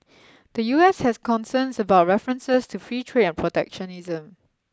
the U S has concerns about references to free trade and protectionism